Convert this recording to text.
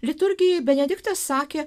liturgijai benediktas sakė